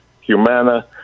Humana